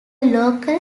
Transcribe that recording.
local